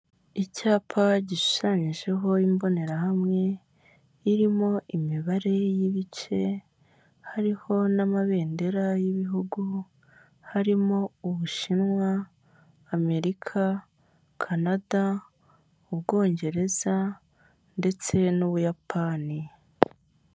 Icyapa gishushanyijeho imbonerahamwe irimo imibare y'ibice, hariho n'amabendera y'ibihugu harimo Ubushinwa, Amerika, Kanada, Ubwongereza ndetse n'Ubuyapani.